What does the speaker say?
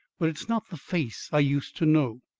but it is not the face i used to know.